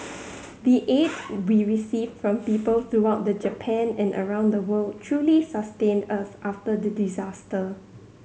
the aid we received from people throughout the Japan and around the world truly sustained us after the disaster